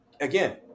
again